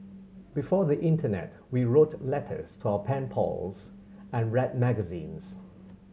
before the internet we wrote letters to our pen pals and read magazines